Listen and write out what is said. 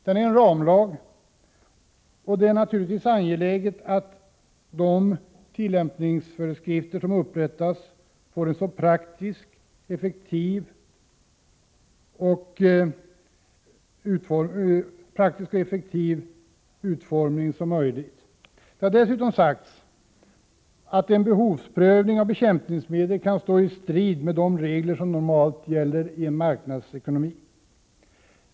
Den är en ramlag, och det är naturligtvis angeläget att de tillämpningsföreskrifter som upprättas får en så praktisk och effektiv utformning som möjligt. Det har dessutom sagts att en behovsprövning av bekämpningsmedel kan stå i strid med de regler som normalt gäller i en marknadsekonomi.